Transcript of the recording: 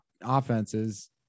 offenses